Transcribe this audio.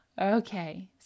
Okay